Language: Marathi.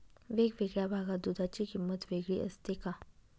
वेगवेगळ्या भागात दूधाची किंमत वेगळी असते का?